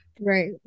Right